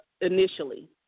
initially